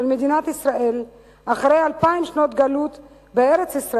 מדינת ישראל אחרי אלפיים שנות גלות בארץ-ישראל,